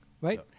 right